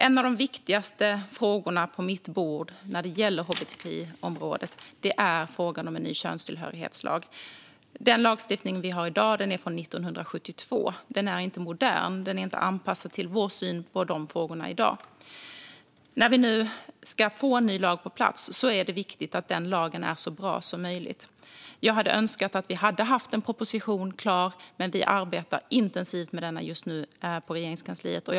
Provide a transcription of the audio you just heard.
En av de viktigaste frågorna på mitt bord på hbtqi-området är en ny könstillhörighetslag. Nuvarande lagstiftning är från 1972. Den är omodern och inte anpassad till dagens syn på dessa frågor. Det är förstås viktigt att den nya lagen blir så bra som möjligt. Jag hade önskat att vi hade haft en proposition klar, men Regeringskansliet arbetar fortfarande intensivt med den.